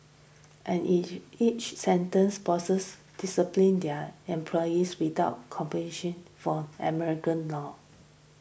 and each each sentence bosses disciplined their employees without compulsion from American law